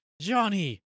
Johnny